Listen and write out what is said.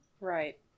right